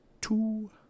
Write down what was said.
two